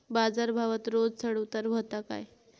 बाजार भावात रोज चढउतार व्हता काय?